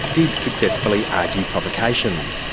did successfully argue provocation.